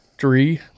three